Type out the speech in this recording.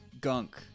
gunk